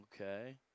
Okay